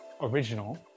original